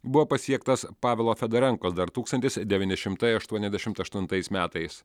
buvo pasiektas pavelo fedorenkos dar tūkstantis devyni šimtai aštuoniasdešimt aštuntais metais